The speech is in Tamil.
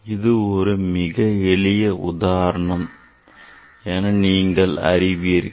இது ஒரு மிக எளிய உதாரணம் என நீங்கள் அறிவீர்கள்